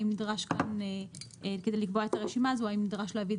האם כדי לקבוע את הרשימה הזו נדרש להביא את